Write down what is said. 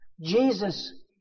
Jesus